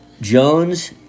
Jones